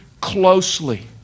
closely